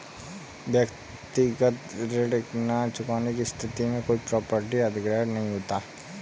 व्यक्तिगत ऋण न चुकाने की स्थिति में कोई प्रॉपर्टी अधिग्रहण नहीं होता